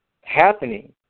happening